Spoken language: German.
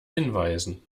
hinweisen